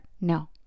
No